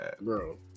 Bro